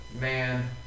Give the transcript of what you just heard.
man